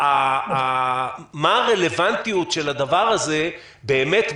מה הרלוונטיות של הדבר הזה באמת,